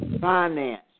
finance